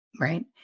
right